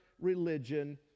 religion